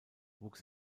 wuchs